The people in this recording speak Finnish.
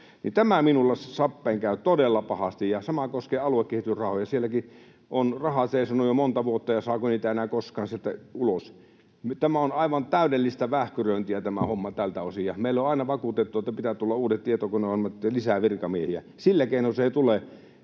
tämä minulle sappeen käy todella pahasti. Sama koskee aluekehitysrahoja. Sielläkin on rahaa seisonut jo monta vuotta, ja saako niitä enää koskaan sieltä ulos. Tämä on aivan täydellistä vähkyröintiä, tämä homma tältä osin. Meille on aina vakuutettu, että pitää tulla uudet tietokoneohjelmat, lisää virkamiehiä. Sillä keinoin se ei tule.